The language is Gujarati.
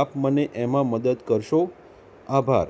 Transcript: આપ મને એમાં મદદ કરશો આભાર